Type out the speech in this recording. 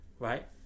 Right